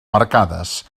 marcades